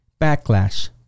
backlash